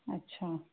अच्छा